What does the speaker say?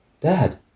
Dad